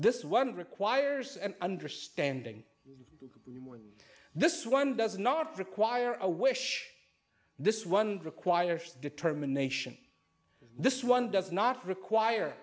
this one requires an understanding this one does not require a wish this one requires determination this one does not require